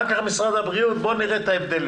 אחר כך משרד הבריאות ידבר ואנחנו נראה את ההבדלים.